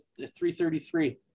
333